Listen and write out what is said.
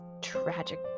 tragic